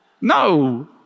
No